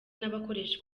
n’abakoresha